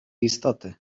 istoty